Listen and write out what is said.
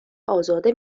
ازاده